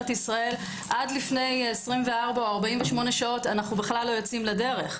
ישראל: עד לפני 24 או 48 שעות אנו כלל לא יוצאים לדרך.